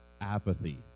apathy